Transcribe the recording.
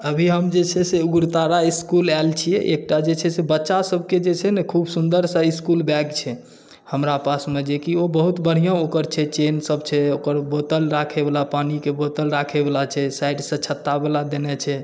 अभी हम जे छै से उग्रतारा इसकुल आएल छिए एकटा जे छै से बच्चासभके जे छै ने खूब सुन्दर सभ इसकुल बैग छै हमरा पासमे जे कि ओ बहुत बढ़िआँ ओकर चेनसभ छै ओकर बोतल राखैवला पानीके बोतल राखैवला छै साइडसँ छत्तावला देने छै